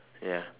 ya